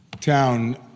town